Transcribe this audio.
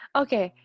okay